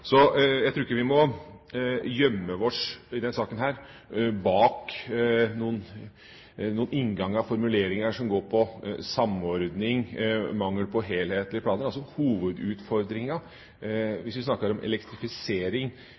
Så jeg tror ikke vi i denne saken må gjemme oss bak noen innganger og formuleringer som går på samordning, mangel på helhetlige planer. Hovedutfordringen – hvis vi snakker om elektrifisering